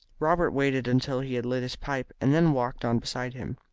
robert waited until he had lit his pipe, and then walked on beside him.